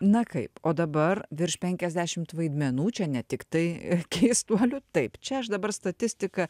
na kaip o dabar virš penkiasdešimt vaidmenų čia ne tiktai keistuolių taip čia aš dabar statistika